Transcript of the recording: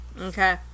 Okay